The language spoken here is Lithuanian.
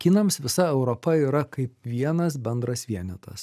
kinams visa europa yra kaip vienas bendras vienetas